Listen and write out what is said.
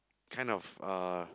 kind of uh